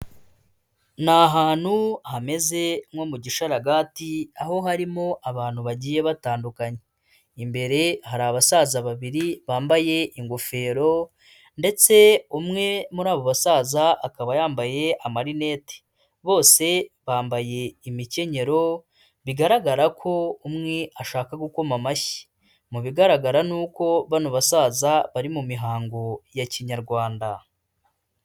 Ni ahantu hameze nko mu gisharagati, aho harimo abantu bagiye batandukanye, imbere hari abasaza babiri bambaye ingofero ndetse umwe muri abo basaza akaba yambaye amarinete, bose bambaye imikenyero, bigaragara ko umwe ashaka gukoma amashyi, mu bigaragara ni uko bano basaza bari mu mihango ya kinyarwanda.